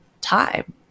time